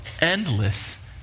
endless